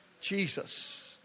Jesus